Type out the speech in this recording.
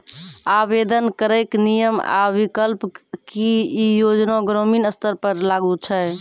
आवेदन करैक नियम आ विकल्प? की ई योजना ग्रामीण स्तर पर लागू छै?